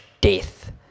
Death